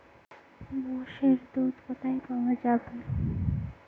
মোষের দুধ কোথায় পাওয়া যাবে?